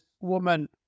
woman